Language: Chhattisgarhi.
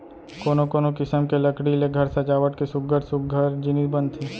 कोनो कोनो किसम के लकड़ी ले घर सजावट के सुग्घर सुग्घर जिनिस बनथे